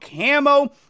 camo